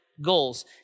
goals